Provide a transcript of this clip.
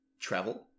travel